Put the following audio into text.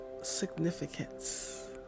significance